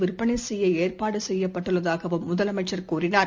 விற்பனைசெய்யஏற்பாடுசெய்யப்பட்டுள்ளதாகவும் முதலமைச்சர் கூறினார்